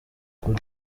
coup